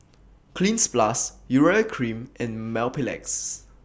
Cleanz Plus Urea Cream and Mepilex